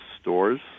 stores